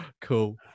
cool